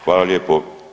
Hvala lijepo.